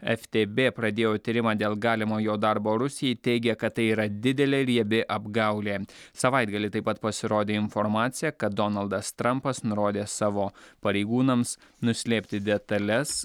ftb pradėjo tyrimą dėl galimo jo darbo rusijai teigia kad tai yra didelė riebi apgaulė savaitgalį taip pat pasirodė informacija kad donaldas trampas nurodė savo pareigūnams nuslėpti detales